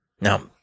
Now